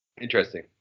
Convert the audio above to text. Interesting